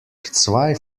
zwei